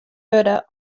wurde